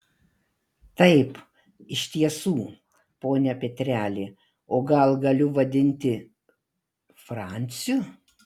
taip iš tiesų pone petreli o gal galiu vadinti franciu